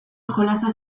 jolasa